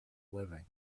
living